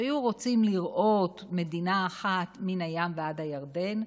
שהיו רוצים לראות מדינה אחת מן הים ועד הירדן,